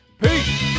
peace